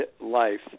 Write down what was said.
life